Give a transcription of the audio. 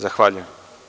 Zahvaljujem.